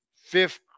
fifth